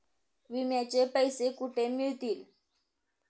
विम्याचे पैसे कुठे मिळतात?